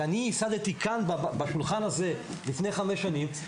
שאני ייסדתי כאן בשולחן הזה לפני חמש שנים,